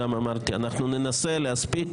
שאנחנו ננסה להספיק,